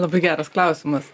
labai geras klausimas